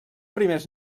primers